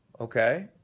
Okay